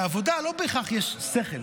בעבודה לא בהכרח יש שכל.